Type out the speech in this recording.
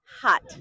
Hot